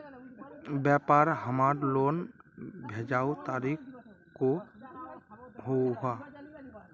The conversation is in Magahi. व्यापार हमार लोन भेजुआ तारीख को हुआ?